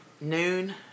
noon